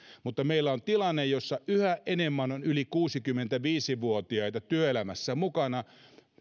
mutta meillä on tilanne jossa yhä enemmän on yli kuusikymmentäviisi vuotiaita työelämässä mukana